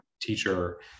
teacher